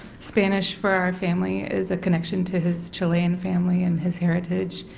spanish for our family is a connection to his chilean family and his heritage.